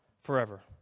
Forever